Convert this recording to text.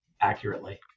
accurately